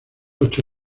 ocho